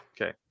Okay